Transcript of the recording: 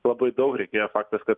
labai daug reikėjo faktas kad